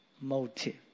motive